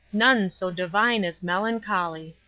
none so divine as melancholy.